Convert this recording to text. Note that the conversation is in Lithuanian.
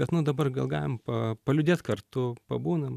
bet nu dabar gal galim pa paliūdėti kartu pabūnam